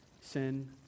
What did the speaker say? Sin